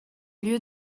lieu